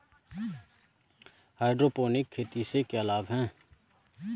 Hydroponic खेती से क्या लाभ हैं?